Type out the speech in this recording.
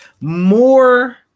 more